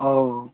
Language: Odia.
ହଉ